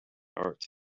art